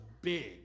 big